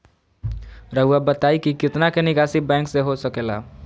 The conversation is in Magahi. रहुआ बताइं कि कितना के निकासी बैंक से हो सके ला?